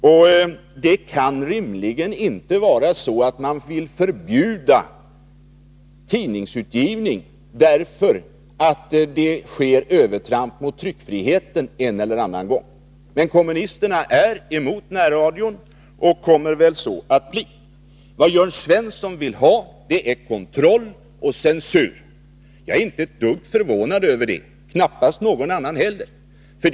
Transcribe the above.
Och man kan ju rimligen inte förbjuda tidningsutgivning därför att det sker övertramp mot tryckfriheten en eller annan gång. Men kommunisterna är emot närradion och kommer väl att så förbli. Vad Jörn Svensson vill ha är kontroll och censur. Jag är inte ett dugg förvånad över det — knappast någon annan heller.